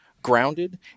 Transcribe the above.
Grounded